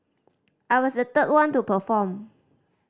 I was the third one to perform